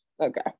okay